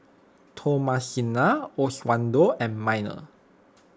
Thomasina Oswaldo and Minor